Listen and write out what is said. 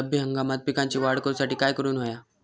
रब्बी हंगामात पिकांची वाढ करूसाठी काय करून हव्या?